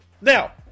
Now